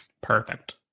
perfect